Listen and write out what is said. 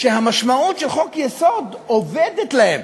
שהמשמעות של חוק-יסוד אובדת להם.